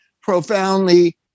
profoundly